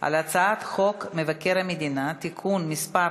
על הצעת חוק מבקר המדינה (תיקון מס'